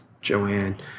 Joanne